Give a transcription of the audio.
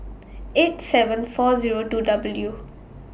eight seven four Zero two W due